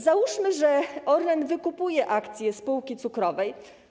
Załóżmy, że Orlen wykupuje akcje spółki cukrowej.